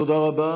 תודה רבה.